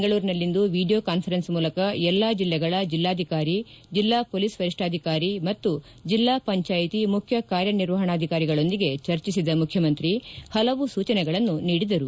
ಬೆಂಗಳೂರಿನಲ್ಲಿಂದು video conference ಮೂಲಕ ಎಲ್ಲಾ ಜಿಲ್ಲೆಗಳ ಜಿಲ್ಲಾಧಿಕಾರಿ ಜಿಲ್ಲಾ ಪೊಲೀಸ್ ವರಿಷ್ಣಾಧಿಕಾರಿ ಮತ್ತು ಜಿಲ್ಲಾ ಪಂಚಾಯಿತಿ ಮುಖ್ಯ ಕಾರ್ಯನಿರ್ವಹಣಾಧಕಾರಿಗಳೊಂದಿಗೆ ಚರ್ಚಿಸಿದ ಮುಖ್ಯಮಂತ್ರಿ ಹಲವು ಸೂಚನೆಗಳನ್ನು ನೀಡಿದರು